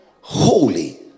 Holy